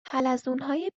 حلزونهای